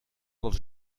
dels